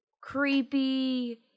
creepy